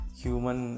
human